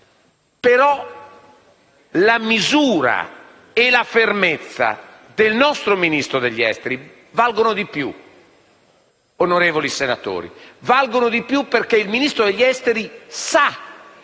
Però la misura e la fermezza del nostro Ministro degli affari esteri valgono di più, onorevoli senatori, perché il Ministro degli affari esteri sa che